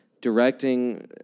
Directing